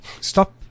stop